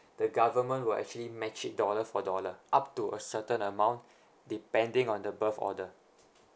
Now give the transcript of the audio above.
the government will actually match it dollar for dollar up to a certain amount depending on the birth order